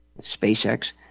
SpaceX